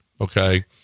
Okay